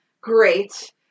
great